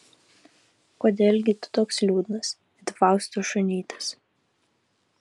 kodėl gi tu toks liūdnas it fausto šunytis